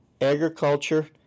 Agriculture